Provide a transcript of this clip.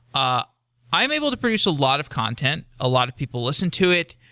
ah i'm able to produce a lot of content. a lot of people listen to it.